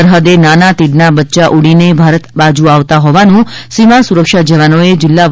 સરહદે નાના તીડના બચ્યા ઉડીને ભારત બાજુ આવતા હોવાનું સીમા સુરક્ષા જવાનોએ જિલ્લા તા